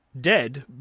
dead